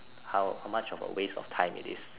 how how much of a waste of time it is